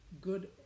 good